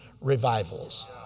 revivals